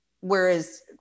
whereas